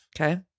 Okay